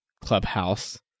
clubhouse